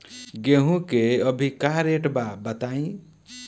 गेहूं के अभी का रेट बा बताई?